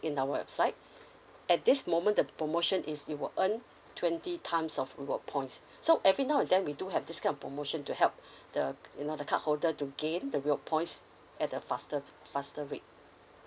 in our website at this moment the promotion is you will earn twenty times of reward points so every now then we do have this kind of promotion to help the you know the card holder to gain the rewards points at a faster faster rate